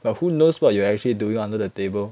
but who knows what you're actually doing under the table